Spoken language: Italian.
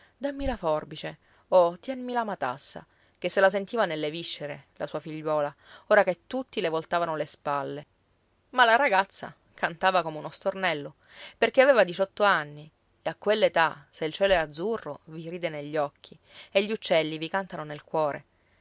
dammi la forbice o tienmi la matassa che se la sentiva nelle viscere la sua figliuola ora che tutti le voltavano le spalle ma la ragazza cantava come uno stornello perché aveva diciotto anni e a quell'età se il cielo è azzurro vi ride negli occhi e gli uccelli vi cantano nel cuore